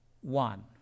one